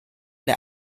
der